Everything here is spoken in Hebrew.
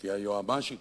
כי היועצת המשפטית,